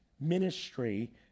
ministry